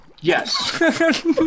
yes